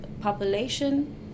population